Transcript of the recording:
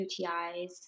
UTIs